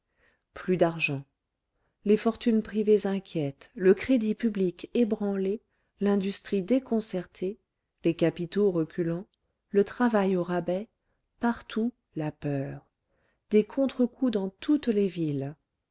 plus d'argent les fortunes privées inquiètes le crédit public ébranlé l'industrie déconcertée les capitaux reculant le travail au rabais partout la peur des contre coups dans toutes les villes